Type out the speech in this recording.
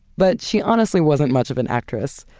but she honestly wasn't much of an actress.